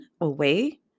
away